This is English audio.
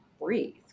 breathe